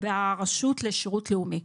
ברשות לשירות לאומי.